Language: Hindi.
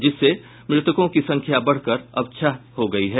जिससे मृतकों की संख्या बढ़कर अब छह हो गयी है